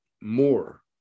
more